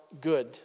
good